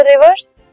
rivers